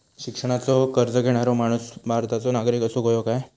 शिक्षणाचो कर्ज घेणारो माणूस भारताचो नागरिक असूक हवो काय?